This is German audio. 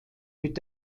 mit